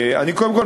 קודם כול,